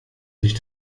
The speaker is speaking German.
sich